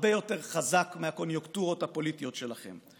הרבה יותר חזק מהקוניוקטורות הפוליטיות שלכם.